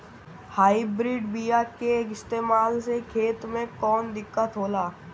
Hybrid बीया के इस्तेमाल से खेत में कौन दिकत होलाऽ?